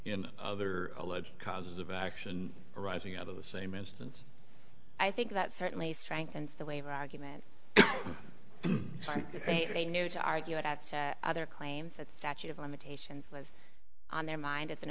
in other alleged causes of action arising out of the same instance i think that certainly strengthens the labor argument if they knew to argue it at other claims that statute of limitations was on their mind at th